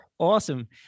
Awesome